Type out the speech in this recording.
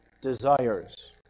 desires